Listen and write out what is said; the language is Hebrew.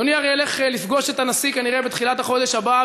אדוני הרי ילך לפגוש את הנשיא כנראה בתחילת החודש הבא,